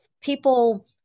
people